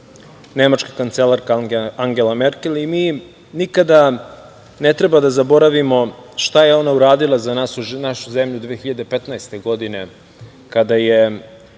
nemačka kancelarka Angela Merkel, i mi nikada ne treba da zaboravimo šta je ona uradila za našu zemlju 2015. godine kada je